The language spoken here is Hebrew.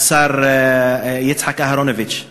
השר יצחק אהרונוביץ.